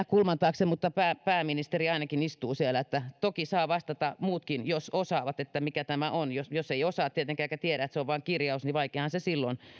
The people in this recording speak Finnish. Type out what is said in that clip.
kulman taakse mutta ainakin pääministeri istuu siellä niin että toki saavat vastata muutkin jos osaavat että mitä tämä on tietenkin jos ei osaa eikä tiedä niin että se on vain kirjaus niin vaikeaahan silloin